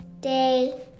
Day